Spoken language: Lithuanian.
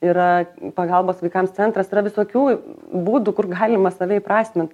yra pagalbos vaikams centras yra visokių būdų kur galima save įprasmint